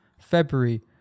February